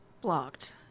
blocked